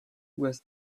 was